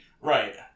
Right